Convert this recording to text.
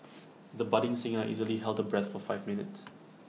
the budding singer easily held her breath for five minutes